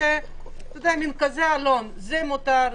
אלא מין כזה עלון זה מותר,